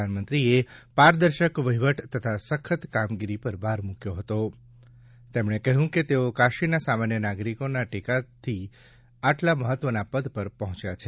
પ્રધાનમંત્રીએ પારદર્શક વહીવટ તથા સપ્ન કામગીરી પર ભાર મૂક્યો હતો અને કહ્યું કે તેઓ કાશીના સામાન્ય નાગરિકોના ટેકાથી આટલા મહત્વના પદ પર પહોંચ્યા છે